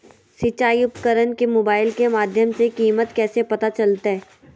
सिंचाई उपकरण के मोबाइल के माध्यम से कीमत कैसे पता चलतय?